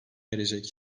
erecek